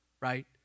right